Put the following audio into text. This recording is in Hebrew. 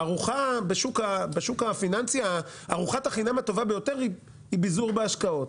ארוחת החינם הטובה ביותר בשוק הפיננסי היא ביזור בהשקעות.